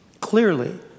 Clearly